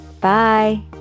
Bye